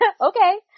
okay